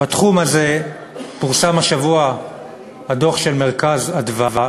בתחום הזה פורסם השבוע הדוח של "מרכז אדוה",